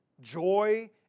joy